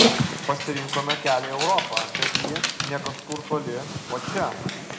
pasirinkome kelią į europą bet ji ne kažkur toli o čia